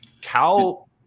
Cal